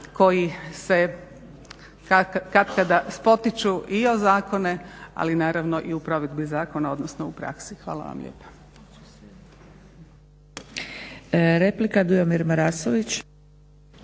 koji se katkada spotiču i o zakone ali naravno i u provedbi zakona odnosno u praksi. Hvala vam lijepa.